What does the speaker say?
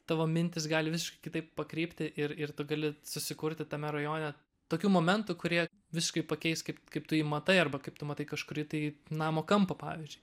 tavo mintys gali visiškai kitaip pakrypti ir ir tu gali susikurti tame rajone tokių momentų kurie visiškai pakeis kaip kaip tu jį matai arba kaip tu matai kažkurį tai namo kampą pavyzdžiui